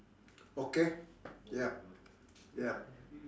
okay yup yup